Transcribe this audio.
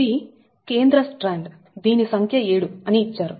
ఇది కేంద్ర స్ట్రాండ్ దీని సంఖ్య 7 అని ఇచ్చారు